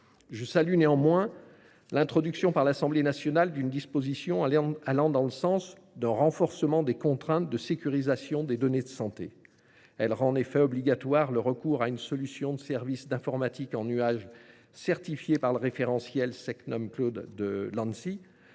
Je salue néanmoins l’introduction par nos collègues députés d’une disposition allant dans le sens d’un renforcement des contraintes de sécurisation des données de santé. Celle ci rend obligatoire le recours à une solution de services d’informatique en nuage certifiée par le référentiel SecNumCloud de l’Agence